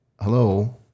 Hello